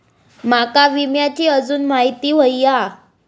माका विम्याची आजून माहिती व्हयी हा?